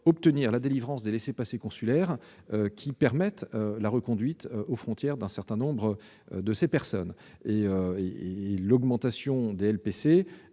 obtenir la délivrance des laissez-passer consulaires (LPC), qui permettent la reconduite aux frontières d'un certain nombre de ces personnes. Le taux de